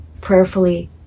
prayerfully